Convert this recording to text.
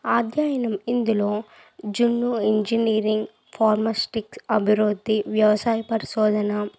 ఆ అధ్యయనం ఇందులో జున్ను ఇంజనీరింగ్ ఫార్మాసిటిక్స్ అభివృద్ధి వ్యవసాయ పరిశోధన